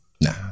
Nah